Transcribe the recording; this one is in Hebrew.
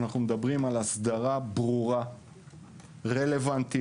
אנחנו מדברים על אסדרה ברורה, רלוונטית,